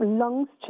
lungs